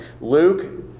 luke